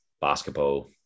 Basketball